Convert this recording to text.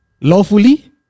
lawfully